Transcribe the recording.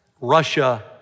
Russia